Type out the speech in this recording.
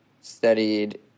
studied